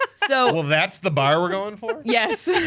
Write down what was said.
ah so well that's the bar we're going for? yes.